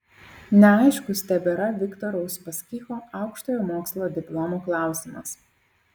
neaiškus tebėra viktoro uspaskicho aukštojo mokslo diplomo klausimas